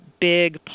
big